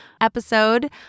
episode